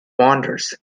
wanders